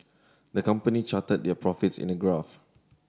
the company charted their profits in a graph